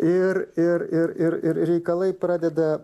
ir ir ir ir ir reikalai pradeda